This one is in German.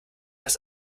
das